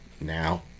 now